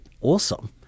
awesome